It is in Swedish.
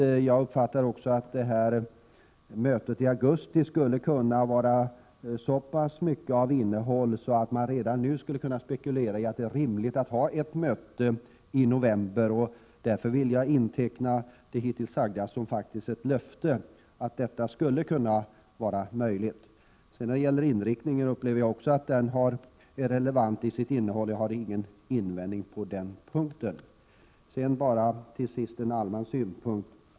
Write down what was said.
Vidare har jag fått den uppfattningen att mötet i augusti kan bli så innehållsrikt att man redan nu kan spekulera i att det är rimligt att ha ett möte i november. Därför tar jag det hittills sagda som ett löfte om att någonting sådant skulle kunna vara möjligt. Även inriktningen i detta sammanhang uppfattade jag som relevant till sitt innehåll. Jag har ingen invändning på den punkten. Till sist bara en allmän synpunkt.